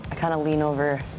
i kind of lean over,